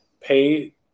Pay